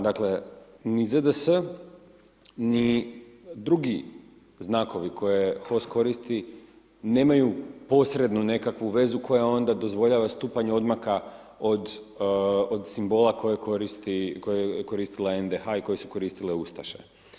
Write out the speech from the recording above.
Dakle, ni ZDS, ni drugi znakovi koje HOS koristi nemaju posredno nekakvu vezu koja onda dozvoljava stupanje odmaka od simbola koje je koristila NDH i koje su koristile ustaše.